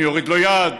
אני אוריד לו יד,